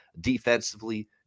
Defensively